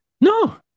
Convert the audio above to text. No